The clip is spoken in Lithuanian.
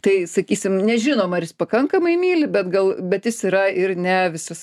tai sakysim nežinom ar jis pakankamai myli bet gal bet jis yra ir ne visas